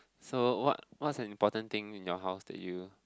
so what what's an important thing in your house that you